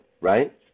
right